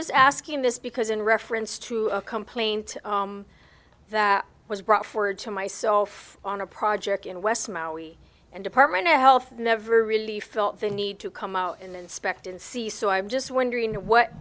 just asking this because in reference to a complaint that was brought forward to myself on a project in west maui and department of health never really felt the need to come out and inspect and see so i'm just wondering what